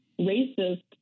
racist